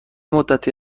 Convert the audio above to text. مدتی